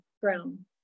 ground